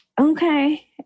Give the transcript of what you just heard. okay